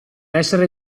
essere